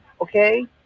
okay